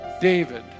David